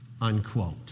Unquote